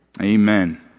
Amen